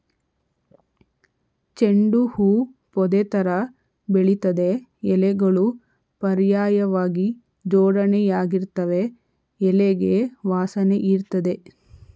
ಚೆಂಡು ಹೂ ಪೊದೆತರ ಬೆಳಿತದೆ ಎಲೆಗಳು ಪರ್ಯಾಯ್ವಾಗಿ ಜೋಡಣೆಯಾಗಿರ್ತವೆ ಎಲೆಗೆ ವಾಸನೆಯಿರ್ತದೆ